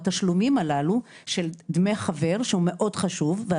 התשלומים הללו של דמי חבר שהם מאוד חשובים,